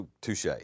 touche